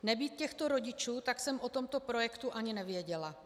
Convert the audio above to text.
Nebýt těchto rodičů, tak jsem o tomto projektu ani nevěděla.